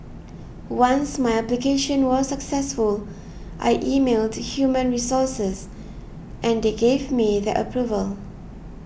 once my application was successful I emailed human resources and they gave me their approval